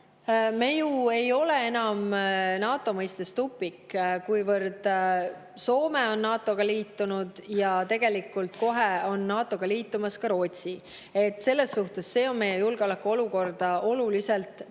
Me ei ole ju enam NATO mõistes tupik, kuivõrd Soome on NATO‑ga liitunud ja tegelikult kohe on NATO‑ga liitumas ka Rootsi. See on meie julgeolekuolukorda oluliselt parandanud.